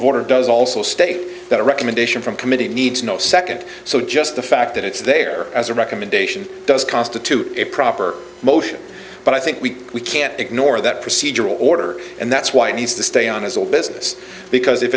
of order does also state that a recommendation from committee needs no second so just the fact that it's there as a recommendation does constitute a proper motion but i think we can't ignore that procedural order and that's why it needs to stay on as all business because if